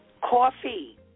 Coffee